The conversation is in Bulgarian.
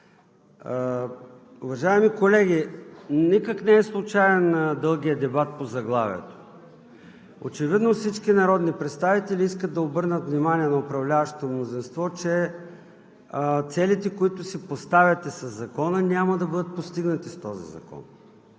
Уважаеми колеги, никак не е случаен дългият дебат по заглавието. Очевидно всички народни представители искат да обърнат внимание на управляващото мнозинство, че целите, които си поставяте със Закона, няма да бъдат постигнати с този закон.